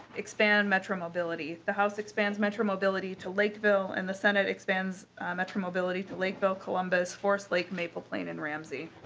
expand metro mobility. the house expands metro mobility to lakeville in the senate expands metro mobility to lakeville columbusforest lake maple plane and ramsey.